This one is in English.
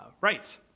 rights